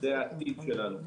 זה העתיד שלנו.